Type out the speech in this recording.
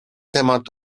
temat